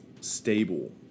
stable